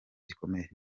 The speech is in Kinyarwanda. gikomeye